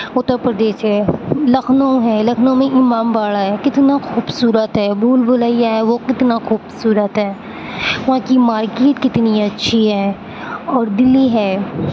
اتر پردیش ہے لکھنؤ ہے لکھنؤ میں امام باڑہ ہے کتنا خوبصورت ہے بھول بھلیا ہے وہ کتنا خوبصورت ہے وہاں کی مارکیٹ کتنی اچھی ہے اور دلی ہے